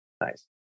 Nice